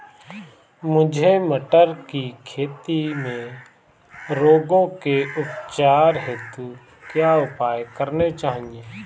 मुझे मटर की खेती में रोगों के उपचार हेतु क्या उपाय करने चाहिए?